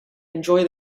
enjoy